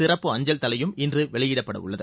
சிறப்பு அஞ்சல் தலையும் இன்று வெளியிடப்பட்டது